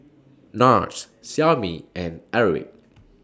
Nars Xiaomi and Airwick